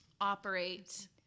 operate